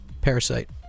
parasite